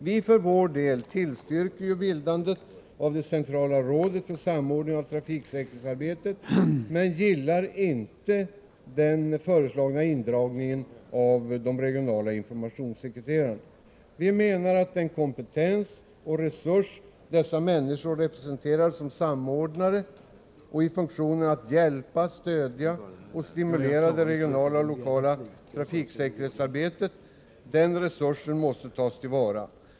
Vi för vår del tillstyrker bildandet av det centrala rådet för samordning av trafiksäkerhetsarbetet, men gillar inte den föreslagna indragningen av de regionala informationssekreterartjänsterna. Vi menar att den kompetens och resurs som informationssekreterarna representerar som samordnare och i funktionen att hjälpa, stödja och stimulera det regionala och lokala trafiksäkerhetsarbetet måste tas till vara.